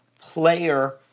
player